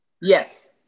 Yes